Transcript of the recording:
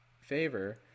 favor